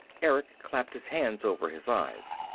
erick clapped his hands over his eyes.